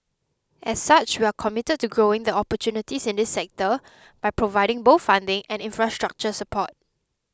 as such we are committed to growing the opportunities in this sector by providing both funding and infrastructure support